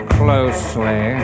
closely